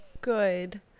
Good